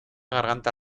garganta